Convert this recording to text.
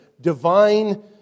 divine